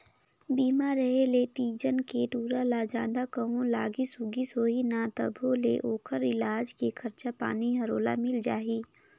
बीमा रेहे ले तीजन के टूरा ल जादा कहों लागिस उगिस होही न तभों ले ओखर इलाज के खरचा पानी हर ओला मिल जाही